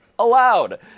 Allowed